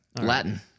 Latin